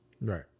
Right